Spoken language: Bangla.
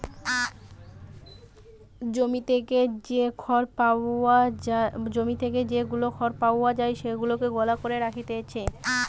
জমি থেকে যে খড় গুলা পাওয়া যায় সেগুলাকে গলা করে রাখতিছে